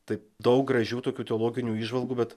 tai daug gražių tokių teologinių įžvalgų bet